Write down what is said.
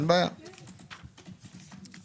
אדוני היושב-ראש.